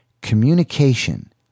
communication